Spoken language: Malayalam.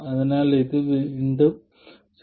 അതിനാൽ ഇത് 0